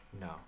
No